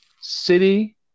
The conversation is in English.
City